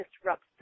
disrupts